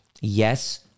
yes